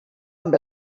amb